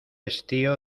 estío